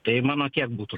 tai mano tiek būtų